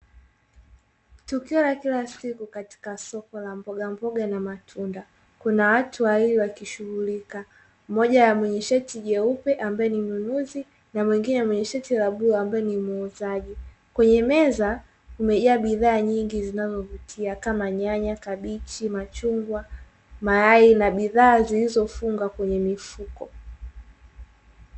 Tukio la kila siku katika soko la mbogamboga na matunda, kuna watu wawili wakishughulika. Mmoja amevaa shati jeupe na ni mnunuzi na mwingine mwenye shati la bluu na ni muuzaji. Kwenye meza kumejaa bidhaa nyingi zinazovutia, kama nyanya, kabichi, machungwa, mayai na bidhaa zilizofungwa kwenye mifuko.